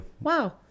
wow